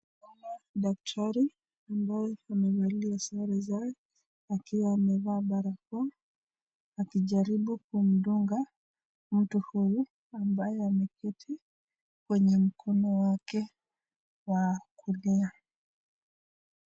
Daktari ambayo amevalia sare zake akiwa amevaa barakoa, akijaribu kumdunga mtu huyu ambayo ameketi kwenye mkono wake wa kulia.